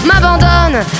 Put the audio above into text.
m'abandonne